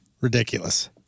Ridiculous